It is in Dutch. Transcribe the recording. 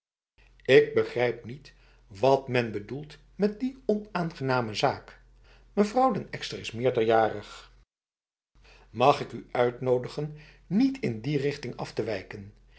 ik begrijp niet wat men bedoelt met die onaangename zaak mevrouw den ekster is meerderjarig mag ik u uitnodigen niet in die richting af te wijken